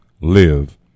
live